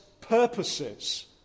purposes